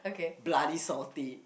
bloody salty